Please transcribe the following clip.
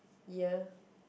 year